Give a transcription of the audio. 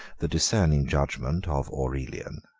the discerning judgment of aurelian,